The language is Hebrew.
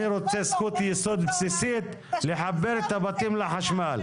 אני רוצה זכות יסוד בסיסית לחבר את הבתים לחשמל.